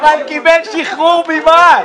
אבל הוא קיבל שחרור ממס.